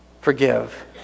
forgive